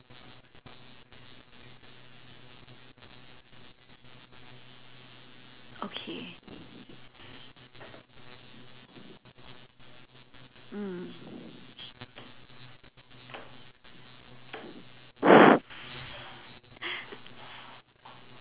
okay mm